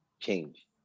change